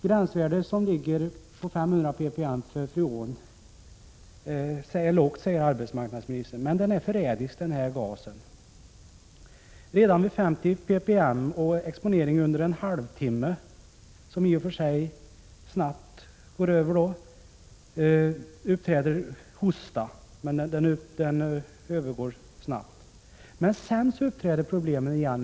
Gränsvärdet, som ligger på 500 ppm för freon, är lågt, säger arbetsmarknadsministern. Men den här gasen är förrädisk. Redan vid 50 ppm och exponering under en halvtimme uppträder hosta, som övergår snabbt. Men sedan uppträder problemen igen.